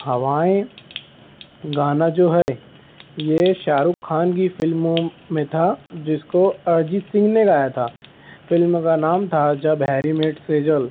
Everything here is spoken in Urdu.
ہوائیں گانا جو ہے یہ شاہ رخ خان کی فلموں میں تھا جس کو ارجیت سنگھ نے گایا تھا فلم کا نام تھا جب ہیری میٹ سیجل